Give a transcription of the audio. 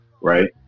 right